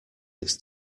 its